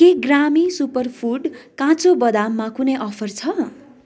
के ग्रामी super food काँचो बदाममा कुनै अफर छ